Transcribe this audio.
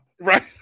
Right